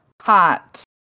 hot